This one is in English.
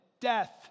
Death